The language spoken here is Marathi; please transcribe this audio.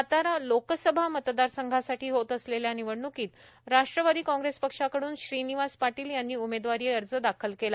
सातारा लोकसभा मतदारसंघासाठी होत असलेल्या निवडण्कीत राष्ट्रवादी कांग्रेस पक्षाकडून श्रीनिवास पाटील यांनी उमेदवारी अर्ज दाखील केला